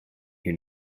you